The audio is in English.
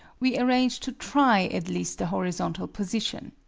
we arranged to try at least the horizontal position.